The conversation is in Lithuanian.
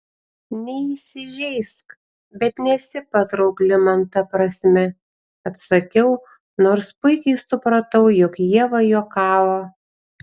neįsižeisk bet nesi patraukli man ta prasme atsakiau nors puikiai supratau jog ieva juokavo